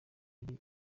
iri